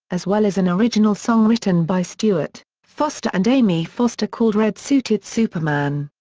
as well as an original song written by stewart, foster and amy foster called red-suited superman.